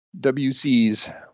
WCs